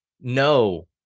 No